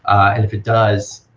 and if it does,